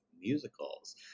musicals